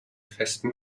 festen